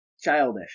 childish